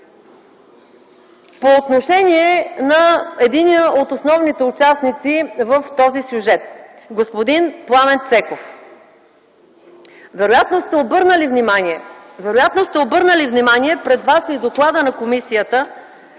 По отношение на единия от основните участници в този сюжет - господин Пламен Цеков. Вероятно сте обърнали внимание – пред вас е и докладът на комисията,